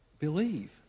Believe